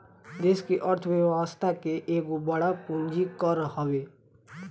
देस के अर्थ व्यवस्था के एगो बड़ पूंजी कर हवे